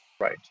Right